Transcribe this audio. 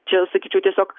čia sakyčiau tiesiog